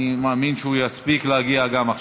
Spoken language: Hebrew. אני מאמין שהוא יספיק להגיע גם עכשיו.